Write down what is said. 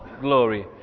glory